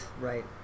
right